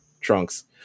Trunks